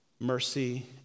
mercy